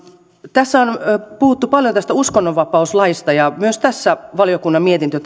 tässä on puhuttu paljon uskonnonvapauslaista ja myös tässä valiokunnan mietintö